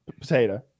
potato